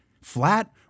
flat